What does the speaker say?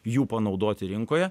jų panaudoti rinkoje